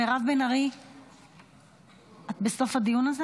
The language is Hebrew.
גברתי השרה,